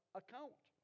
account